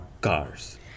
cars